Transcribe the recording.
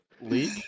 Leak